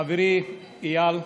חברי איל,